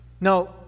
Now